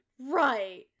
Right